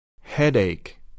Headache